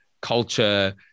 culture